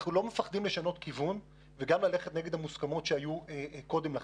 אנחנו לא מפחדים לשנות כיוון וגם ללכת נגד המוסכות שהיו קודם לכן.